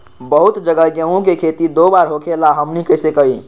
बहुत जगह गेंहू के खेती दो बार होखेला हमनी कैसे करी?